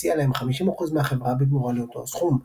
והציע להם 50% מהחברה בתמורה לאותו הסכום.